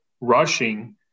Rushing